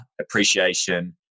appreciation